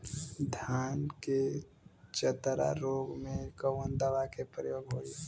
धान के चतरा रोग में कवन दवा के प्रयोग होई?